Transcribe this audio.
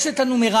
יש את הנומרטור.